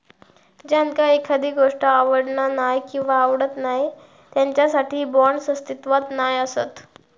ज्यांका एखादी गोष्ट आवडना नाय किंवा आवडत नाय त्यांच्यासाठी बाँड्स अस्तित्वात नाय असत